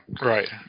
Right